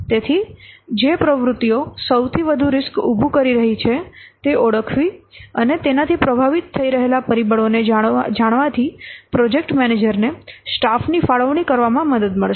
તેથી જે પ્રવૃત્તિઓ સૌથી વધુ રીસ્ક ઉભું કરી રહી છે તે ઓળખવી અને તેનાથી પ્રભાવિત થઈ રહેલા પરિબળોને જાણવાથી પ્રોજેક્ટ મેનેજરને સ્ટાફની ફાળવણી કરવામાં મદદ મળશે